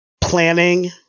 planning